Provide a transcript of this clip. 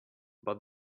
but